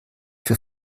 für